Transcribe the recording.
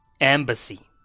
Embassy